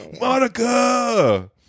Monica